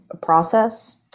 process